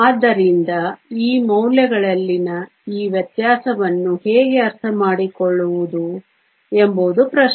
ಆದ್ದರಿಂದ ಈ ಮೌಲ್ಯಗಳಲ್ಲಿನ ಈ ವ್ಯತ್ಯಾಸವನ್ನು ಹೇಗೆ ಅರ್ಥಮಾಡಿಕೊಳ್ಳುವುದು ಎಂಬುದು ಪ್ರಶ್ನೆ